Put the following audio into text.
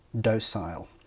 docile